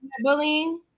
bullying